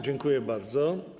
Dziękuję bardzo.